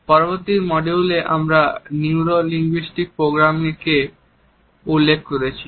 পূর্ববর্তী মডিউলে আমরা নিউরো লিঙ্গুইস্টিক প্রোগ্রামিংকে উল্লেখ করেছি